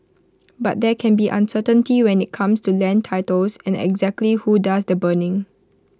but there can be uncertainty when IT comes to land titles and exactly who does the burning